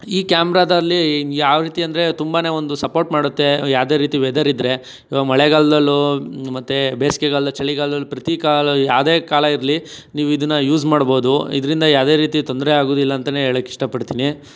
ಈ ಕ್ಯಾಮ್ರದಲ್ಲಿ ಯಾವ ರೀತಿ ಅಂದರೆ ತುಂಬನೇ ಒಂದು ಸಪೋರ್ಟ್ ಮಾಡುತ್ತೆ ಯಾವುದೇ ರೀತಿ ವೆದರ್ ಇದ್ದರೆ ಈವಾಗ ಮಳೆಗಾಲದಲ್ಲೂ ಮತ್ತೆ ಬೇಸಿಗೆಗಾಲದಲ್ಲಿ ಚಳಿಗಾಲದಲ್ಲಿ ಪ್ರತಿ ಕಾಲ ಯಾವುದೇ ಕಾಲ ಇರಲಿ ನೀವು ಇದನ್ನು ಯೂಸ್ ಮಾಡಬಹ್ದು ಇದರಿಂದ ಯಾವುದೇ ರೀತಿ ತೊಂದರೆ ಆಗೋದಿಲ್ಲ ಅಂತಲೇ ಹಳೋಕೆ ಇಷ್ಟಪಡ್ತೀನಿ